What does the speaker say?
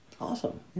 Awesome